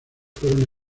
fueron